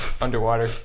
Underwater